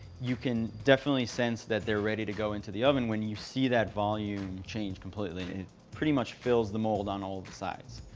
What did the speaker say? you can definitely sense that they're ready to go into the oven when you see that volume change completely. it pretty much fills the mold on all the sides.